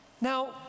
Now